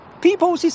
people